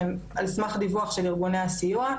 שהם על סמך דיווח של ארגוני הסיוע,